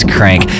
Crank